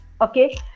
okay